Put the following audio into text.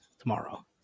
tomorrow